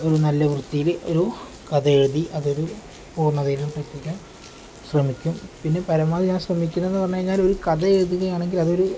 ഒരു നല്ല വൃത്തിയിൽ ഒരു കഥ എഴുതി അതൊരു പൂർണ്ണതയിലും ശ്രമിക്കും പിന്നെ പരമാവധി ഞാൻ ശ്രമിക്കുന്നത് എന്ന് പറഞ്ഞുകഴിഞ്ഞാൽ ഒരു കഥ എഴുതുകയാണെങ്കിൽ അതൊരു